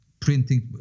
printing